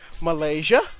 Malaysia